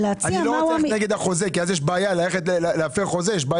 להציע- -- לא רוצה לומר להפר חוזה כי